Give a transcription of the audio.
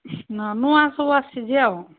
ନୂଆ ସବୁ ଆସିଛି ଆଉ